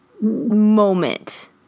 moment